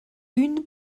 une